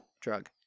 drug